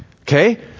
Okay